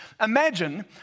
Imagine